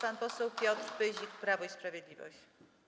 Pan poseł Piotr Pyzik, Prawo i Sprawiedliwość.